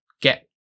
get